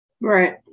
right